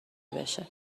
بشه